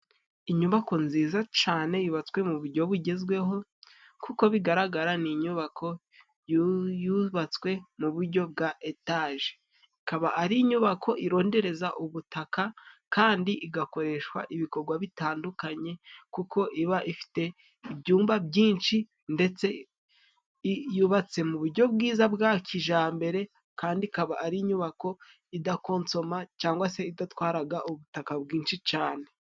Inyubako nziza cane yubatswe mu bujyo bugezweho nk'uko bigaragara ni inyubako yubatswe mu bujyo bwa etaje, ikaba ari inyubako irondereza ubutaka kandi igakoreshwa ibikogwa bitandukanye kuko iba ifite ibyumba byinshi ,ndetse yubatse mu bujyo bwiza bwa kijambere kandi ikaba ari inyubako idakonsoma cangwa se idatwaraga ubutaka bwinshi cane.